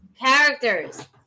characters